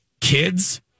Kids